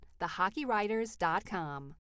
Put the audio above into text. thehockeywriters.com